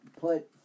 put